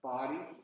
Body